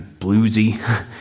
bluesy